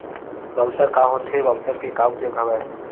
Voucher का होथे voucher के का उपयोग हवय?